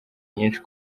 nyinshi